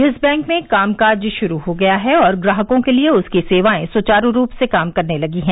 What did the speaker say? yes Bank में कामकाज शुरू हो गया है और ग्राहकों के लिए उसकी सेवाएं सुचारू रूप से काम करने लगी हैं